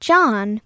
John